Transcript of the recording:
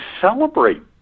celebrate